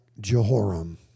Jehoram